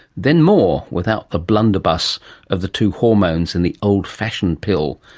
then more, without the blunderbuss of the two hormones in the old-fashioned pill.